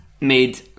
made